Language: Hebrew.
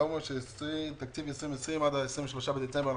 אתה אומר שחייבים להעביר את תקציב 2020 עד ה-23 בדצמבר,